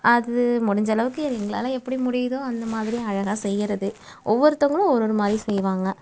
அது முடிந்த அளவுக்கு எங்களால் எப்படி முடியுமோ அந்த மாதிரி அழகாக செய்கிறது ஒவ்வொருத்தவங்களும் ஒரு ஒரு மாதிரி செய்வாங்க